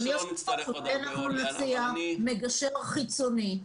אולי נציע מגשר חיצוני.